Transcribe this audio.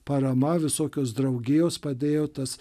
parama visokios draugijos padėjo tas